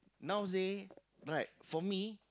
nowadays right for me